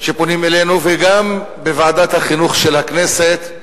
שפונים אלינו, וגם בוועדת החינוך של הכנסת.